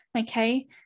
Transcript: Okay